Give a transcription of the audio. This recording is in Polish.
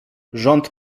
rząd